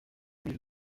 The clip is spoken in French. mille